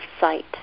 sight